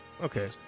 Okay